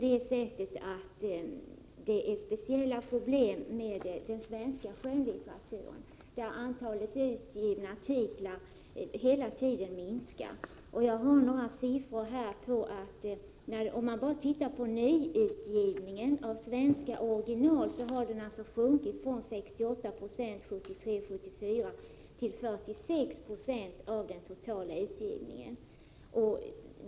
Det finns nämligen speciella problem vad gäller den svenska skönlitteraturen, där antalet utgivna titlar hela tiden minskar. Jag har några siffror här, och bara nyutgivningen av svenska original har sedan 1973/74 sjunkit från 68 > till 46 96 av den totala utgivningen.